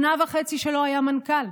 שנה וחצי לא היה מנכ"ל.